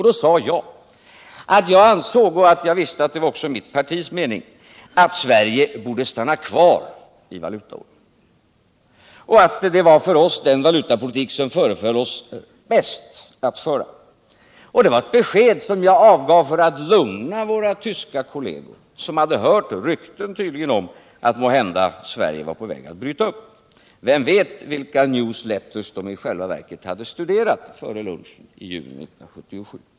Då sade jag att jag ansåg — och visste att det också var mitt partis mening —att Sverige borde stanna kvar i valutaormen, att det var den valutapolitik som föreföll oss bäst att föra. Det var ett besked som jag avgav för att lugna våra tyska kolleger, som tydligen hört rykten om att Sverige måhända var på väg att bryta upp. Vem vet vilka news letters de i själva verket hade studerat före lunchen i juni 1977.